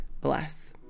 bless